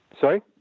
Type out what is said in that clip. Sorry